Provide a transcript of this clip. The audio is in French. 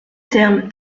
terme